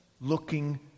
looking